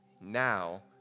now